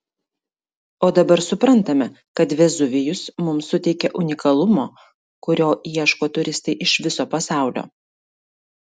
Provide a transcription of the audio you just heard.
o dabar suprantame kad vezuvijus mums suteikia unikalumo kurio ieško turistai iš viso pasaulio